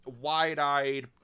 wide-eyed